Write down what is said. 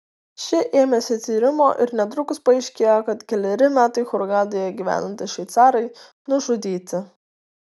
ši ėmėsi tyrimo ir netrukus paaiškėjo kad keleri metai hurgadoje gyvenantys šveicarai nužudyti